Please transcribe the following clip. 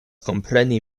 kompreni